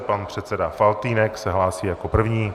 Pan předseda Faltýnek se hlásí jako první.